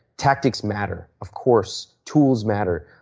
tactics matter, of course. tools matter.